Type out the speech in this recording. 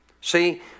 See